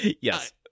Yes